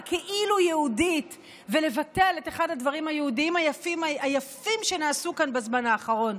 הכאילו-יהודית ולבטל את אחד הדברים היהודיים היפים שנעשו כאן בזמן האחרון,